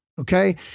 Okay